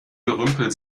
gerümpel